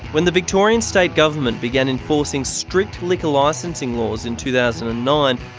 when the victorian state government began enforcing strict liquor licensing laws in two thousand and nine,